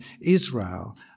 Israel